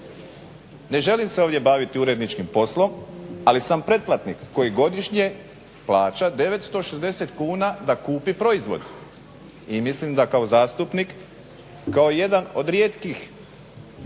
Ne želim se ovdje baviti uredničkim poslom, ali sam pretplatnik koji se godišnje plaća 960 kuna da kupi proizvod i mislim da kao zastupnik, kao jedan od rijetkih